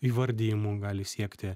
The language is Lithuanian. įvardijimu gali siekti